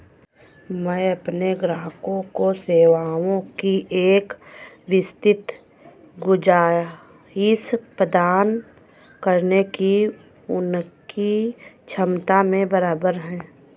अपने ग्राहकों को सेवाओं की एक विस्तृत गुंजाइश प्रदान करने की उनकी क्षमता में बराबर है